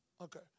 Okay